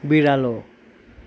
बिरालो